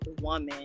woman